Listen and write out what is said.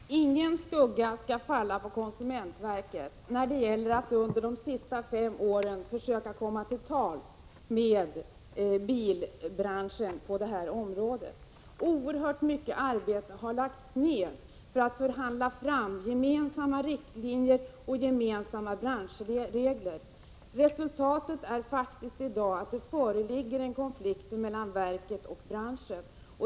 Herr talman! Ingen skugga skall falla på konsumentverket när det gäller att under de senaste fem åren ha försökt komma till tals med bilbranschen på detta område. Man har lagt ned oerhört mycket arbete för att förhandla fram gemensamma riktlinjer och branschregler. Resultatet är i dag att det faktiskt föreligger en konflikt mellan verket och branschen.